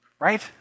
right